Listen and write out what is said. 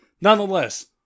nonetheless